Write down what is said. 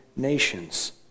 nations